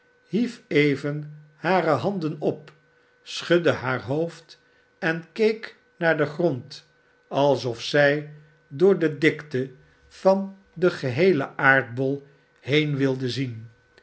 hief even hare handen op schudde haar hoofd en keek naar den grond ahof zij door de dikte van den geheelen aardbol heen wilde zien